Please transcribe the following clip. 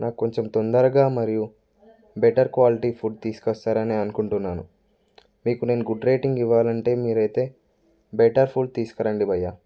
నాకు కొంచెం తొందరగా మరియు బెటర్ క్వాలిటీ ఫుడ్ తీసుకు వస్తారని అనుకుంటున్నాను మీకు నేను గుడ్ రేటింగ్ ఇవ్వాలంటే మీరు అయితే బెటర్ ఫుడ్ తీసుకురండి భయ్యా